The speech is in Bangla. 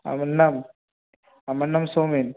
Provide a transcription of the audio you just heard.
আমার নাম আমার নাম সৌমেন